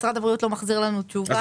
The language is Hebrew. אבל משרד הבריאות לא מחזיר לנו תשובה.